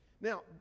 Now